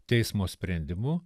teismo sprendimu